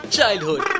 Childhood